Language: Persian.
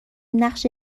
نقش